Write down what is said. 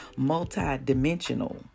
multidimensional